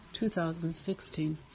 2016